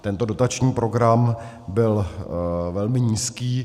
Tento dotační program byl velmi nízký.